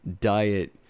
diet